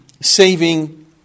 saving